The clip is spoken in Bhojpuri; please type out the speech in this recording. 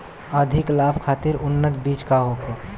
अधिक लाभ खातिर उन्नत बीज का होखे?